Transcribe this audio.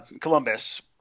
Columbus